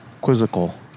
Quizzical